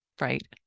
right